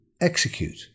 Execute